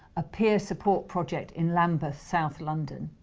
a peer support project in lambeth south london.